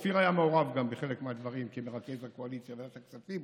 גם אופיר היה מעורב בחלק מהדברים כמרכז הקואליציה בוועדת הכספים,